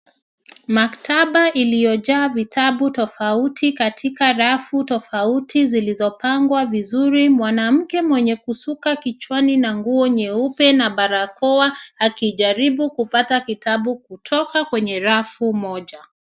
Maktaba iliyojaa vitabu tofauti katika rafu tofauti zilizopangwa vizuri. Mwanamke mwenye kusuka kichwani na nguo nyeupe na barakoa akijaribu kupata kitabu kutoka kwenye rafu moja.